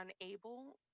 unable